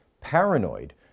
paranoid